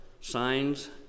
signs